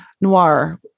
Noir